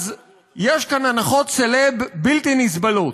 אז יש כאן הנחות סלב בלתי נסבלות.